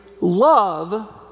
Love